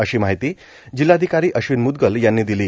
अशी माहिती जिल्हाधिकारी अश्विन म्दगल यांनी दिली